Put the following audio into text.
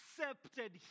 accepted